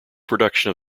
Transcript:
production